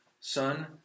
son